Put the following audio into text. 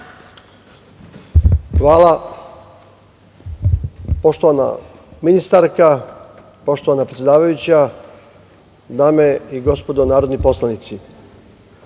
Hvala. Poštovana ministarka, poštovana predsedavajuća, dame i gospodo narodni poslanici,